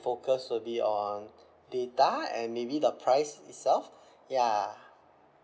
focus will be on data and maybe the price itself ya